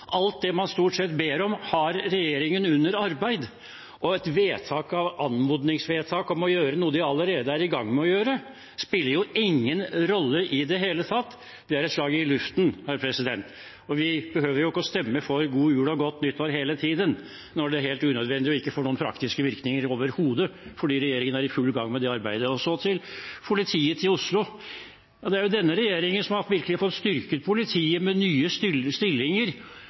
Alt det man stort sett ber om, har regjeringen under arbeid. Et anmodningsvedtak om å gjøre noe man allerede er i gang med å gjøre, spiller jo ingen rolle i det hele tatt. Det er et slag i luften, og vi behøver ikke å stemme for «god jul og godt nytt år» hele tiden, når det er helt unødvendig og overhodet ikke får noen praktiske virkninger, fordi regjeringen er i full gang med arbeidet. Så til politiet i Oslo: Det er denne regjeringen som virkelig har fått styrket politiet med nye stillinger